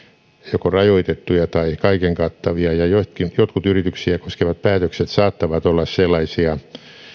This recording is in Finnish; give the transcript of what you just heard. joko rajoitettuja tai kaiken kattavia ja jotkut yrityksiä koskevat päätökset saattavat olla sellaisia